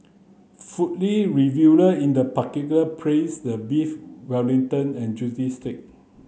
reviewer in the particular praised the Beef Wellington and juicy steak